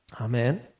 Amen